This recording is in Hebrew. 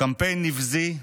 קמפיין נבזי,